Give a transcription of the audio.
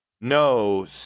no